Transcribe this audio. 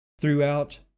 Throughout